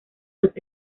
los